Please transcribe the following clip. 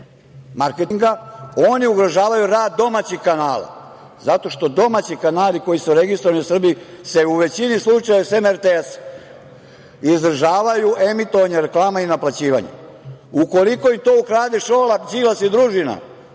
oni ugrožavaju rad domaćih kanala, zato što domaći kanali koji su registrovani u Srbiji se u većini slučajeva, sem RTS izdržavaju emitovanjem reklama i naplaćivanjem. Ukoliko im to ukrade Šolak, Đilas i družina,